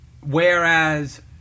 whereas